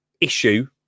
issue